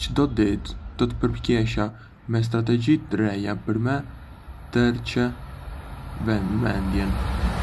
Çdo ditë do të përpiqesha me strategji të reja për me tërheçë vëmendjen.